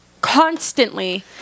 constantly